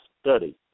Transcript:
study